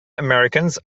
americans